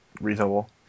reasonable